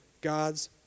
God's